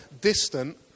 distant